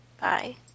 Bye